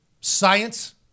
Science